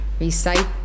recite